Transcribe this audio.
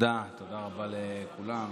תודה רבה לכולם.